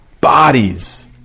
bodies